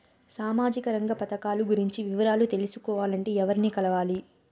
సామాజిక రంగ పథకాలు గురించి వివరాలు తెలుసుకోవాలంటే ఎవర్ని కలవాలి?